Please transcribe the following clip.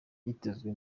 yitezwe